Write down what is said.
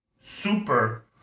super